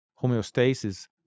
homeostasis